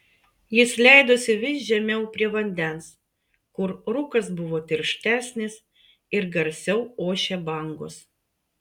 jis leidosi vis žemiau prie vandens kur rūkas buvo tirštesnis ir garsiau ošė bangos